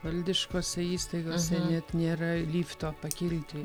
valdiškose įstaigose net nėra lifto pakilti